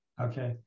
Okay